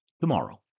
tomorrow